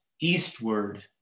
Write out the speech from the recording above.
eastward